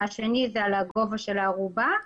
השני זה על הגובה של הארובה,